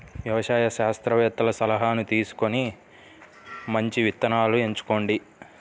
వ్యవసాయ శాస్త్రవేత్తల సలాహాను తీసుకొని మంచి విత్తనాలను ఎంచుకోండి